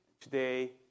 today